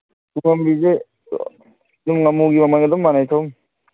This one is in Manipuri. ꯇꯨꯡꯍꯟꯕꯤꯁꯦ ꯑꯗꯨꯝ ꯉꯥꯃꯨꯒꯤ ꯃꯃꯟꯒ ꯑꯗꯨꯝ ꯃꯥꯟꯅꯩ ꯆꯍꯨꯝ